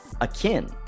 akin